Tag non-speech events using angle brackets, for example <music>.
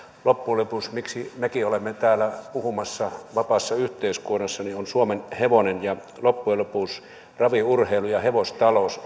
loppujen lopuksi miksi mekin olemme täällä puhumassa vapaassa yhteiskunnassa on suomenhevonen loppujen lopuksi jos raviurheilu ja hevostalous <unintelligible>